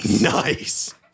Nice